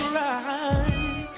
right